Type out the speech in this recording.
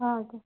ହଁ ଆଜ୍ଞା